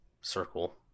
circle